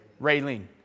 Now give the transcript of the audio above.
Raylene